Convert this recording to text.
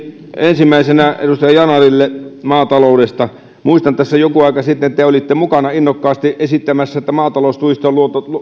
ensimmäisenä edustaja yanaril le maataloudesta muistan että tässä joku aika sitten te olitte mukana innokkaasti esittämässä että maataloustuista on